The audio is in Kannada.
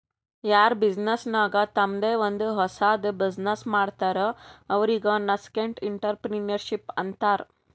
ಯಾರ್ ಬಿಸಿನ್ನೆಸ್ ನಾಗ್ ತಂಮ್ದೆ ಒಂದ್ ಹೊಸದ್ ಬಿಸಿನ್ನೆಸ್ ಮಾಡ್ತಾರ್ ಅವ್ರಿಗೆ ನಸ್ಕೆಂಟ್ಇಂಟರಪ್ರೆನರ್ಶಿಪ್ ಅಂತಾರ್